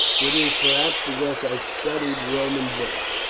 it is, perhaps, because i studied roman books,